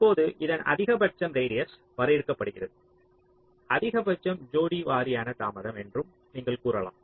இப்போது இதன் அதிகபட்சம் ரேடியஸ் வரையறுக்கப்படுகிறதுஅதிகபட்சம் ஜோடி வாரியான தாமதம் என்றும் நீங்கள் கூறலாம்